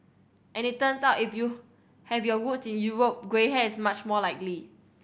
and it turns out if you have your roots in Europe grey hair is much more likely